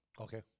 Okay